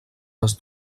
les